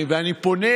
מי נגד?